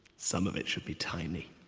some of it should be tiny.